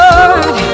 Lord